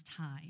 high